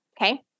Okay